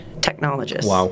technologists